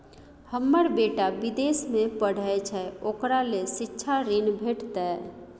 हमर बेटा विदेश में पढै छै ओकरा ले शिक्षा ऋण भेटतै?